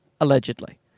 allegedly